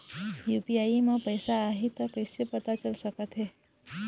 UPI म पैसा आही त कइसे पता चल सकत हे?